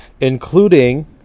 including